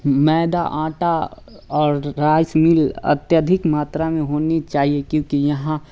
मैदा आटा और rice mill अत्यधिक मात्रा में होनी चाहिए क्योंकि यहाँ